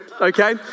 Okay